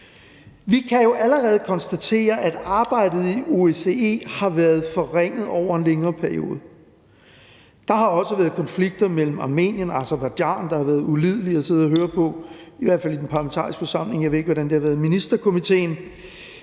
Vi kan jo allerede konstatere, at arbejdet i OSCE har været forringet over en længere periode. Der har også været konflikter mellem Armenien og Aserbajdsjan, der har været ulidelige at sidde og høre på, i hvert fald i Den Parlamentariske Forsamling – jeg ved ikke, hvordan det har været i Ministerkomitéen.